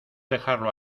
dejarlo